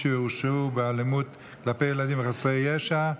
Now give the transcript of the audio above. שהורשע באלימות כלפי ילדים וחסרי ישע,